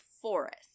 Forest